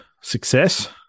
success